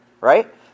Right